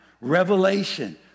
Revelation